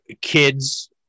kids